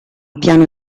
piano